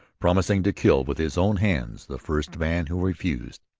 promising to kill with his own hands the first man who refused.